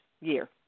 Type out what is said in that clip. year